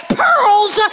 pearls